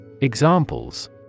Examples